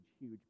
huge